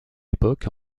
époque